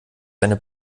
seine